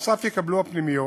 נוסף על כך יקבלו הפנימיות